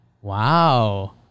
Wow